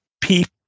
people